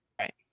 Right